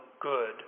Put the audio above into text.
good